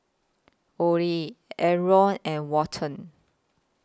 Ollie Aron and Walton